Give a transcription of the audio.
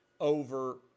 over